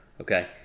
Okay